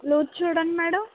బ్లూది చూడండి మేడం